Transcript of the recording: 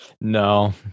No